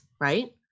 right